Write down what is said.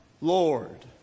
Lord